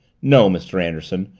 no, mr. anderson,